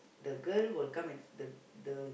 the girl will come and the the